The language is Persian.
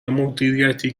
مدیریتی